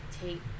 take